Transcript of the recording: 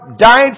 died